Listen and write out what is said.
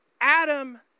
Adam